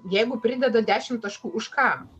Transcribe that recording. jeigu prideda dešimt taškų už ką